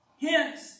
Hence